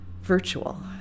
virtual